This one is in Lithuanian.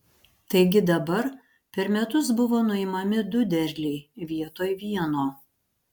taigi dabar per metus buvo nuimami du derliai vietoj vieno